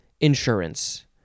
insurance